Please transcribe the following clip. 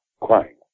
crying